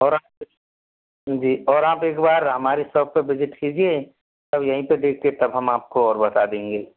और जी और आप एकबार हमारी सोप पर बिजिट कीजिए अब यहीं पर देख कर तब हम आपको और बता देंगे